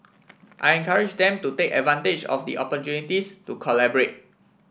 I encourage them to take advantage of the opportunities to collaborate